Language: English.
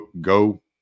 go